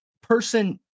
person